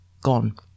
gone